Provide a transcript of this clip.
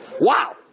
Wow